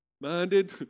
minded